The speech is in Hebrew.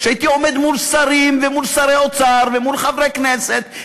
שהייתי עומד מול שרים ומול שרי אוצר ומול חברי כנסת,